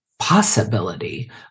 possibility